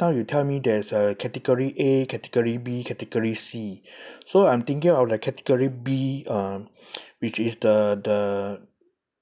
now you tell me there's a category A category B category C so I'm thinking of the category B um which is the the